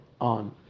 on